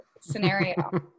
scenario